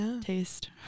taste